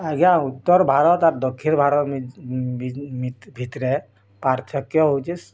ଆଜ୍ଞା ଉତ୍ତରଭାରତ ଅର୍ ଦକ୍ଷିଣଭାରତ ଭିତରେ ପାର୍ଥକ୍ୟ ହଉଛି